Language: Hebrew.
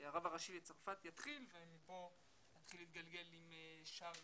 שהרב הראשי של צרפת יתחיל ופה נתחיל להתגלגל עם שאר